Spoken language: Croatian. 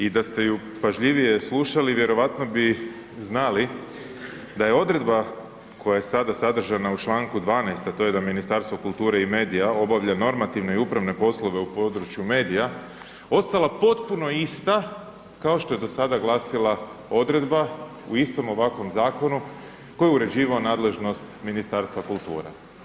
I da ste ju pažljivije slušali vjerojatno bi znali da je odredba koja je sada sadržana u čl. 12., a to je da Ministarstvo kulture i medija obavlja normativne i upravne poslove u području medija ostala potpuno ista kao što je do sada glasila odredba u istom ovakvom zakonu koju je uređivao nadležnost Ministarstva kulture.